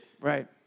Right